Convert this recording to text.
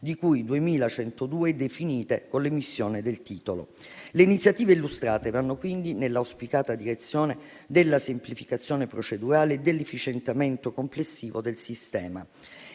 di cui 2.102 definite con l'emissione del titolo. Le iniziative illustrate vanno quindi nell'auspicata direzione della semplificazione procedurale e dell'efficientamento complessivo del sistema.